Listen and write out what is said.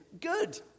good